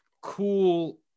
cool